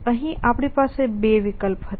અહીં આપણી પાસે 2 વિકલ્પ હતા